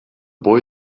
boy